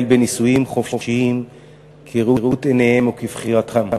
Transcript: בנישואים חופשיים כראות עיניהם או כבחירתם.